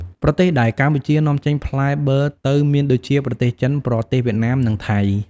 ប្រទេសដែលកម្ពុជានាំចេញផ្លែបឺរទៅមានដូចជា ប្រទេសចិន ប្រទេសវៀតណាម និងថៃ។